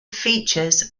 features